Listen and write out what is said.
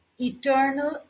Eternal